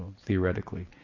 Theoretically